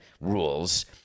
rules